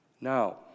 Now